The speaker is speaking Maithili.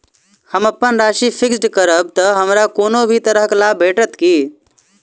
हम अप्पन राशि फिक्स्ड करब तऽ हमरा कोनो भी तरहक लाभ भेटत की?